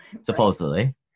supposedly